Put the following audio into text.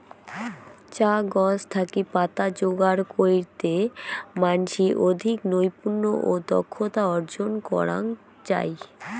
চা গছ থাকি পাতা যোগার কইরতে মানষি অধিক নৈপুণ্য ও দক্ষতা অর্জন করাং চাই